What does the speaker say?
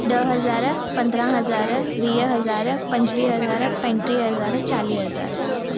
ॾह हज़ार पंद्रहं हज़ार वीह हज़ार पंजुवीह हज़ार पंजुटीह हज़ार चालीह हज़ार